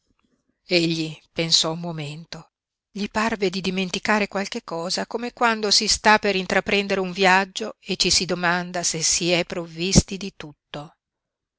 egli pensò un momento gli parve di dimenticare qualche cosa come quando si sta per intraprendere un viaggio e ci si domanda se si è provvisti di tutto